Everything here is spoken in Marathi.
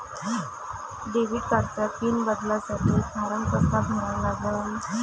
डेबिट कार्डचा पिन बदलासाठी फारम कसा भरा लागन?